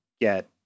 get